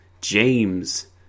James